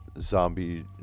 zombie